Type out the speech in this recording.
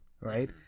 right